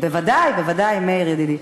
בוודאי, בוודאי, מאיר ידידי.